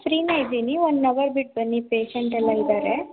ಫ್ರೀನೆ ಇದ್ದೀನಿ one hour ಬಿಟ್ಟು ಬನ್ನಿ ಪೇಷಂಟೆಲ್ಲ ಇದ್ದಾರೆ